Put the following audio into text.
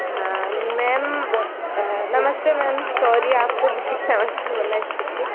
हाँ मैम नमस्ते ma'am sorry आपको लेट नमस्ते बोला इसके लिए